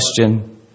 question